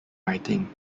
writing